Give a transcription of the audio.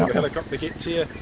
helicopter gets here,